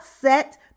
set